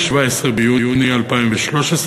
17 ביוני 2013,